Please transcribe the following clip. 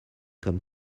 comme